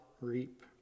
reap